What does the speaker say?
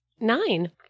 Nine